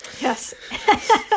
Yes